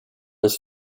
his